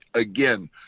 again